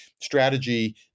strategy